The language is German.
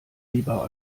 lieber